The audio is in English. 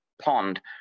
pond